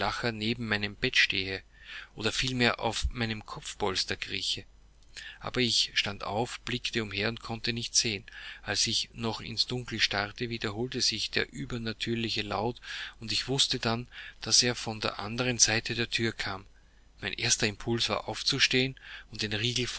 neben meinem bette stehe oder vielmehr auf meinem kopfpolster krieche aber ich stand auf blickte umher und konnte nichts sehen als ich noch ins dunkel starrte wiederholte sich der übernatürliche laut und ich wußte dann daß er von der anderen seite der thür kam mein erster impuls war aufzustehen und den